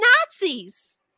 Nazis